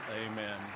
amen